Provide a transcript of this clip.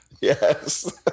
Yes